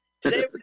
Today